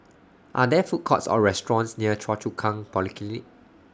Are There Food Courts Or restaurants near Choa Chu Kang Polyclinic